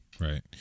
right